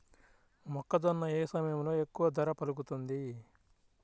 మొక్కజొన్న ఏ సమయంలో ఎక్కువ ధర పలుకుతుంది?